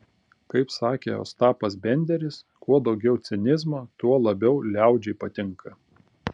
kaip sakė ostapas benderis kuo daugiau cinizmo tuo labiau liaudžiai patinka